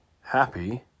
happy